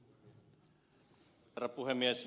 herra puhemies